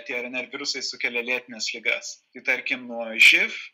tie rnr virusai sukelia lėtines ligas tarkim nuo živ